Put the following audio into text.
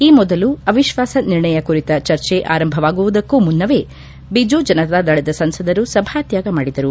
ಈ ಮೊದಲು ಅವಿಶ್ವಾಸ ನಿರ್ಣಯ ಕುರಿತ ಚರ್ಚೆ ಆರಂಭವಾಗುವುದಕ್ಕೂ ಮುನ್ನವೇ ಬಿಜು ಜನತಾದಳದ ಸಂಸದರು ಸಭಾತ್ಯಾಗ ಮಾಡಿದರು